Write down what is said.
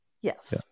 Yes